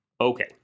Okay